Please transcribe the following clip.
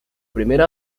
primera